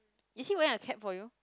is he wearing a cap for you